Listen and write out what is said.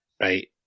right